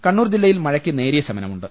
കണ്ണൂർ ജില്ലയിൽ മഴയ്ക്ക് നേരിയ ശമനമുണ്ട്